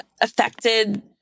affected